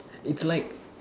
it's like